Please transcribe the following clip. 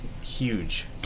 huge